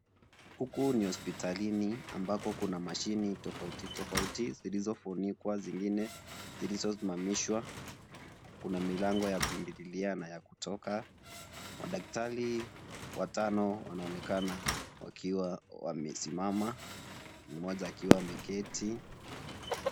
Huku ni hospitalini ambako kuna mashine tofauti tofauti zilizofunikwa zingine zilizosimamishwa kuna milango ya kuingililia na ya kutoka, madaktari watano wanaonekana wakiwa wamesimama mmoja akiwa ameketi.